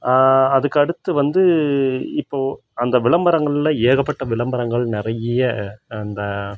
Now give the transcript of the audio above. அதுக்கு அடுத்து வந்து இப்போ அந்த விளம்பரங்களில் ஏகப்பட்ட விளம்பரங்கள் நிறைய அந்த